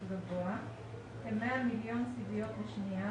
גבוה (כ-100 מיליון סיביות לשנייה,